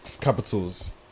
capitals